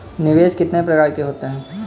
निवेश कितने प्रकार के होते हैं?